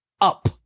Up